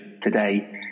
today